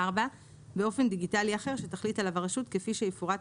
באופן דיגיטלי אחר שתחליט עליו הרשות, כפי שיפורט